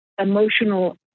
emotional